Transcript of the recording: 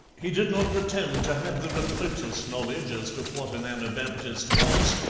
he did not pretend to have the remotest knowledge as to what an anabaptist was,